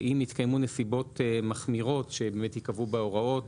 אם התקיימו נסיבות מחמירות שבאמת ייקבעו בהוראות